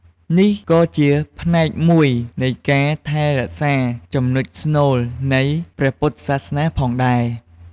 នេះក៏ជាផ្នែកមួយនៃការថែរក្សាចំណុចស្នូលនៃព្រះពុទ្ធសាសនាផងដែរ។